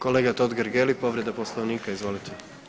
Kolega Totgergeli povreda Poslovnika, izvolite.